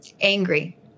angry